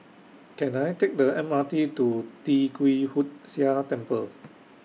Can I Take The M R T to Tee Kwee Hood Sia Temple